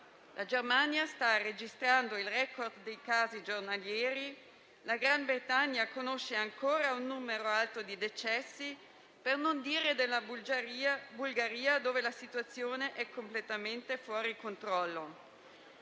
La Germania sta registrando il *record* dei casi giornalieri; la Gran Bretagna conosce ancora un numero alto di decessi, per non dire della Bulgaria, dove la situazione è completamente fuori controllo.